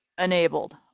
enabled